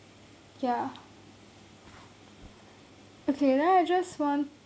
ya okay then I just want to